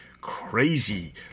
crazy